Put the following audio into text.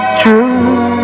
true